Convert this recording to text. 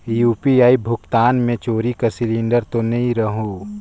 UPI भुगतान मे चोरी कर सिलिंडर तो नइ रहु?